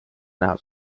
näha